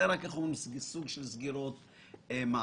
זה סוג של סגירות מעגל.